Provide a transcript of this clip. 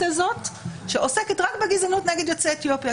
הזאת שעוסקת רק בגזענות נגד יוצאי אתיופיה,